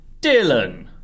Dylan